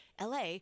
LA